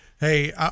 Hey